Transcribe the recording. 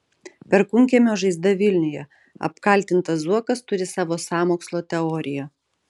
perkūnkiemio žaizda vilniuje apkaltintas zuokas turi savo sąmokslo teoriją